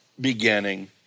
beginning